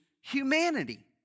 humanity